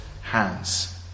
hands